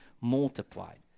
multiplied